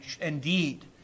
indeed